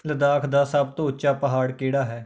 ਲੱਦਾਖ ਦਾ ਸਭ ਤੋਂ ਉੱਚਾ ਪਹਾੜ ਕਿਹੜਾ ਹੈ